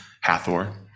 Hathor